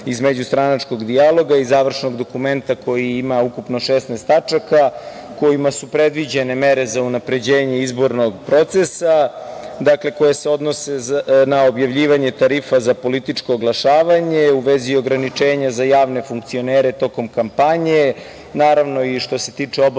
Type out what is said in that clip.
međustranačkog dijaloga i završnog dokumenta koji ima ukupno 16 tačaka, kojima su predviđene mere za unapređenje izbornog procesa, a koje se odnose na objavljivanje tarifa za političko oglašavanje u vezi ograničenja za javne funkcionere tokom kampanje, naravno i što se tiče obaveza